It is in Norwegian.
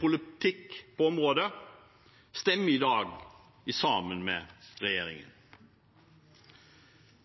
politikk på området, stemmer i dag sammen med regjeringen.